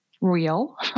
real